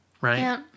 right